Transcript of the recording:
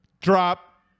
Drop